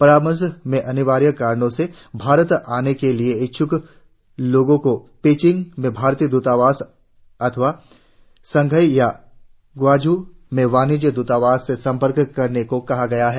परामर्श में अनिवार्य कारनों से भारत आने के इच्छ्क लोगों को पेइचिंग में भारतीय द्रतावास अथवा शंघाई या ग्वाग्झू में वाणिज्य द्रतावास से संपर्क करने को कहा गया है